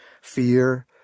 Fear